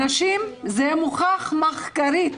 מוכח מחקרית,